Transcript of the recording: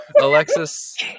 Alexis